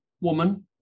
woman